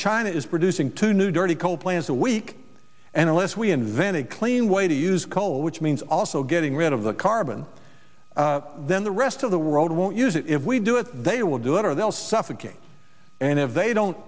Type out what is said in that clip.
china is producing two new dirty coal plants a week and unless we invent a clean way to use coal which means also getting rid of the carbon then the rest of the world won't use it if we do it they will do it or they'll suffocate and if they don't